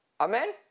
Amen